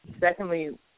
secondly